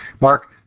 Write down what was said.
Mark